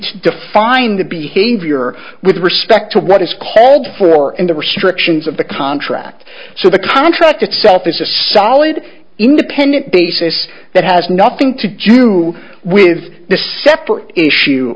to define the behavior with respect to what is called for in the restrictions of the contract so the contract itself is a solid independent basis that has nothing to do with the separate issue